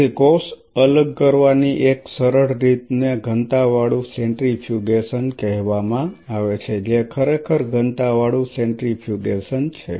તેથી કોષ અલગ કરવાની એક સરળ રીતને ઘનતા વાળું સેન્ટ્રીફ્યુગેશન કહેવામાં આવે છે જે ખરેખર ઘનતા વાળું સેન્ટ્રીફ્યુગેશન છે